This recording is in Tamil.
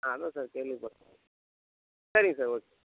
ஆ அதுதான் சார் கேள்விப்பட்டேன் சரிங்க சார் ஓகே